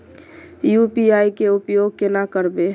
UPI के उपयोग केना करबे?